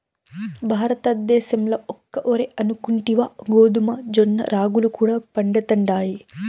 భారతద్దేశంల ఒక్క ఒరే అనుకుంటివా గోధుమ, జొన్న, రాగులు కూడా పండతండాయి